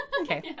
Okay